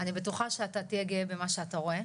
אני בטוחה שאתה תהיה גאה במה שאתה רואה,